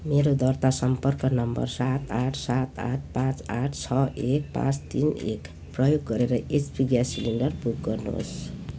मेरो दर्ता सम्पर्क नम्बर सात आठ सात आठ पाँच आठ छ एक पाँच तिन एक प्रयोग गरेर एचपी ग्यास सिलिन्डर बुक गर्नुहोस्